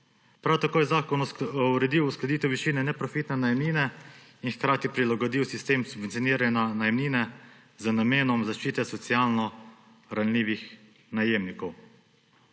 Prav tako je zakon uredil uskladitev višine neprofitne najemnine in hkrati prilagodil sistem subvencioniranja najemnine z namenom zaščite socialno ranljivih najemnikov.